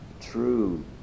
true